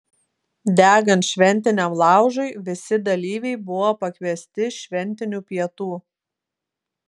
degant šventiniam laužui visi dalyviai buvo pakviesti šventinių pietų